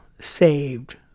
saved